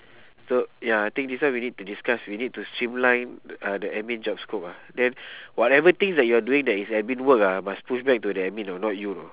so ya I think this one we need to discuss we need to streamline uh the admin job scope ah then whatever things that you're doing that is admin work ah must push back to the admin know not you know